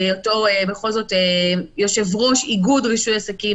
בהיותו יושב-ראש איגוד רישוי עסקים,